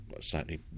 slightly